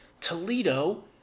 Toledo